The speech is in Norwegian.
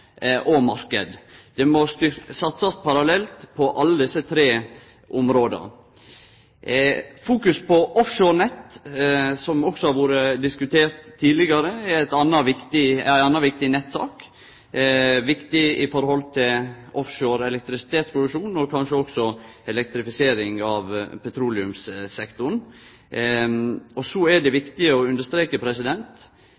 og marknad. Det må satsast parallelt på alle desse tre områda. Fokus på offshorenett, som også har vore diskutert tidlegare, er ei anna viktig nettsak – viktig når det gjeld offshore elektrisitetproduksjon, og kanskje også elektrifisering av petroleumssektoren. Det er viktig å understreke at all nettutbygging vil vere konfliktfylt. Derfor er det